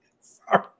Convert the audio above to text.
Sorry